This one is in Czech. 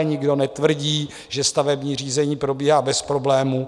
Nikdo netvrdí, že stavební řízení probíhá bez problémů.